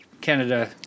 Canada